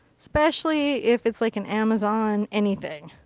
especially if it's like an amazon anything.